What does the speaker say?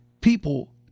people